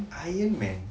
ironman